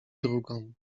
drugą